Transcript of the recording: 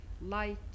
light